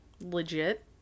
legit